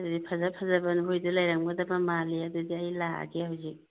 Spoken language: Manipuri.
ꯑꯗꯨꯗꯤ ꯐꯖ ꯐꯖꯕ ꯅꯈꯣꯏꯒꯤꯗ ꯂꯩꯔꯝꯒꯗꯕ ꯃꯥꯜꯂꯤ ꯑꯗꯨꯗꯤ ꯑꯩ ꯂꯥꯛꯑꯒꯦ ꯍꯧꯖꯤꯛ